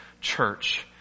church